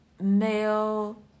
male